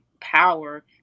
power